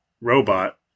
robot